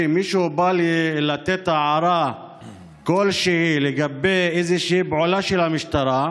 כשמישהו בא לתת הערה כלשהי לגבי איזושהי פעולה של המשטרה,